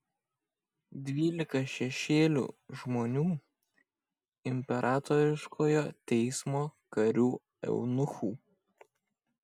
dvylika šešėlių žmonių imperatoriškojo teismo karių eunuchų